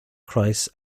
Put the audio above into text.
kreis